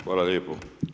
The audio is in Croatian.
Hvala lijepo.